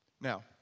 Now